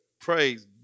Praise